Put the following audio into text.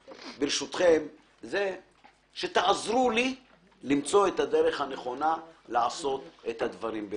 מה שאני מבקש זה שתעזרו לי למצוא את הדרך הנכונה לעשות את הדברים.